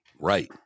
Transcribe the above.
right